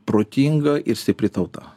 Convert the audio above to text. protinga ir stipri tauta